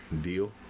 deal